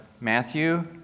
Matthew